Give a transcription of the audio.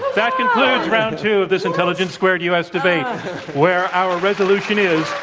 that concludes round two of this intelligence squared u. s. debate where our resolution is,